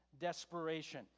desperation